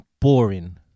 boring